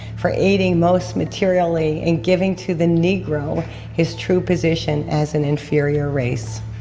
for aiding most materially in giving to the negro his true position as an inferior race